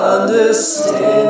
Understand